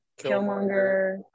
Killmonger